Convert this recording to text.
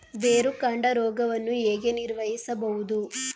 ಬೇರುಕಾಂಡ ರೋಗವನ್ನು ಹೇಗೆ ನಿರ್ವಹಿಸಬಹುದು?